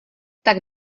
tak